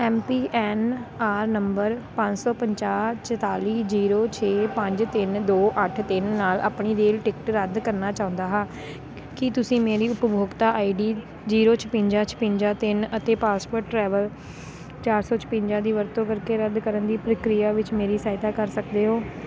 M P N R number ਪੰਜ ਸੌ ਪੰਜਾਹ ਚੁਤਾਲੀ ਜੀਰੋ ਛੇ ਪੰਜ ਤਿੰਨ ਦੋ ਅੱਠ ਤਿੰਨ ਨਾਲ ਆਪਣੀ ਰੇਲ ਟਿਕਟ ਰੱਦ ਕਰਨਾ ਚਾਹੁੰਦਾ ਹਾਂ ਕੀ ਤੁਸੀਂ ਮੇਰੀ ਉਪਭੋਗਤਾ ਆਈ ਡੀ ਜੀਰੋ ਛਿਵੰਜਾ ਛਿਵੰਜਾ ਤਿੰਨ ਅਤੇ ਪਾਸਵਰਡ ਟਰੈਵਲ ਚਾਰ ਸੌ ਛਿਵੰਜਾ ਦੀ ਵਰਤੋਂ ਕਰਕੇ ਰੱਦ ਕਰਨ ਦੀ ਪ੍ਰਕਿਰਿਆ ਵਿੱਚ ਮੇਰੀ ਸਹਾਇਤਾ ਕਰ ਸਕਦੇ ਹੋ